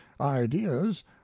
ideas